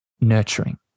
nurturing